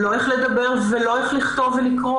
לא איך לדבר ולא איך לכתוב ולקרוא,